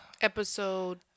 Episode